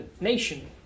nation